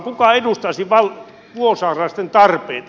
kuka edustaisi vuosaarelaisten tarpeita